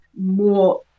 more